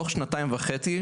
בתוך שנתיים וחצי,